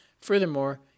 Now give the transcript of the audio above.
Furthermore